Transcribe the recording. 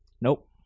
Nope